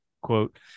quote